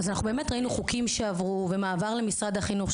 אז אנחנו באמת רואים חוקים שעברו ואת המעבר שקרה למשרד החינוך.